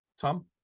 Tom